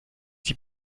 die